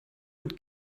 mit